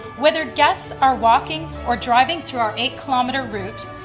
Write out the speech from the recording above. whether guests are walking or driving through our eight kilometer route,